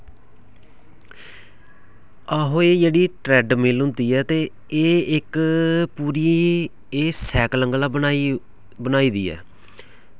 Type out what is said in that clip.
आहो एह् जेह्ड़ी ट्रैडमिल होंदी ऐ ते एह् इक्क पूरी एह् सैकल आंह्गर बनाई दी ऐ